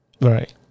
Right